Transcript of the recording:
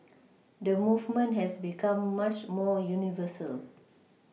the movement has become much more universal